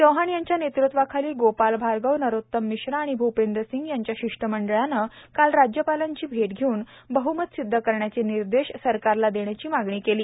चौहान यांच्या नेतृत्वाखाली गोपाल भार्गव नरोतम मिश्रा आणि भूपेंद्र सिंग यांच्या शिष्टमंडळाने काल राज्यपालांची भेट घेऊन बहमत सिद्ध करण्याचे निर्देश सरकारला देण्याची मागणी केली